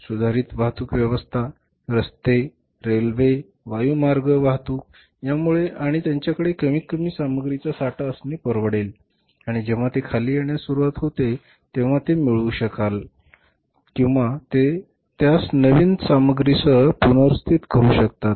सुधारित वाहतूक व्यवस्था रस्ते रेल्वे वायुमार्ग वाहतूक यामुळे आणि त्यांच्याकडे कमीतकमी सामग्रीचा साठा असणे परवडेल आणि जेव्हा ते खाली येण्यास सुरवात होते तेव्हा ते मिळवू शकतात किंवा ते त्यास नवीन सामग्रीसह पुनर्स्थित करु शकतात